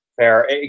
Fair